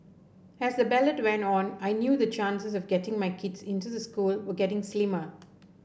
as the ballot went on I knew the chances of getting my kids into the school were getting slimmer